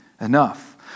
enough